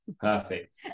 perfect